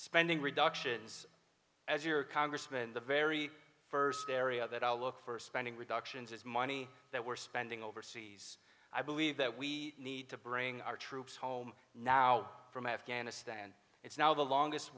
spending reductions as your congressman the very first area that i'll look for spending reductions is money that we're spending overseas i believe that we need to bring our troops home now from afghanistan it's now the longest